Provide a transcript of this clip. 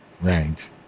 Right